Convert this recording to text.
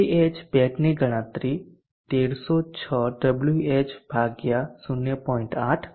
Ahbat ની ગણતરી 1306 Wh ભાગ્યા 0